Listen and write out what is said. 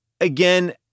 again